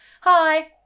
hi